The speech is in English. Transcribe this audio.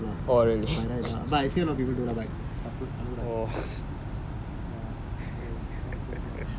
water cannot pour lah but by right cannot pour from the carton itself lah by right lah but I see a lot of people do lah தப்பு பண்ணக்கூடாது:tappu pannakudaathu